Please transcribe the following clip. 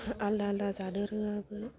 आलदा आलदा जानो रोङामोन